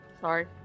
Sorry